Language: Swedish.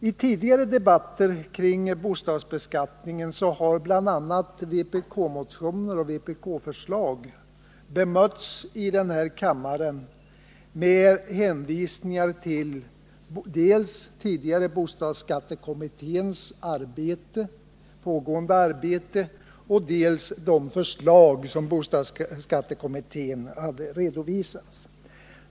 I tidigare debatter kring bostadsbeskattningen har bl.a. vpk-motioner och vpk-förslag bemötts här i kammaren med hänvisningar till dels bostadsskattekommitténs pågående arbete, dels de förslag som bostadsskattekommittén hade redovisat.